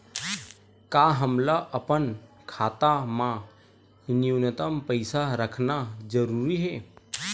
का हमला अपन खाता मा न्यूनतम पईसा रखना जरूरी हे?